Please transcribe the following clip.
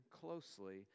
closely